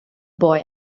boy